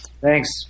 Thanks